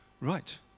Right